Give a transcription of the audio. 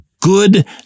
good